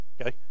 okay